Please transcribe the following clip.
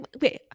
wait